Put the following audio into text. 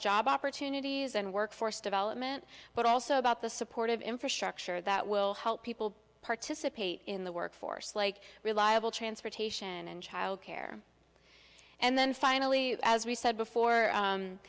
job opportunities and workforce development but also about the support of infrastructure that will help people participate in the workforce like reliable transportation and child care and then finally as we said before